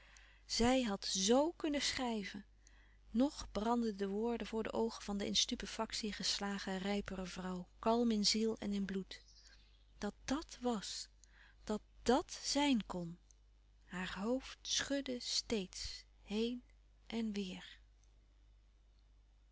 zij had z kunnen schrijven ng brandden de woorden voor de oogen van de in stupefactie geslagen rijpere vrouw kalm in ziel en in bloed dat dàt was dat dàt zijn kon haar hoofd schudde steeds heen en weêr